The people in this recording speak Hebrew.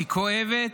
היא כואבת,